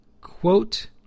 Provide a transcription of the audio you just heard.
quote